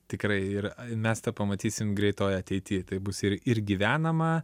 tikrai ir mes tą pamatysim greitoj ateity tai bus ir ir gyvenama